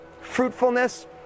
fruitfulness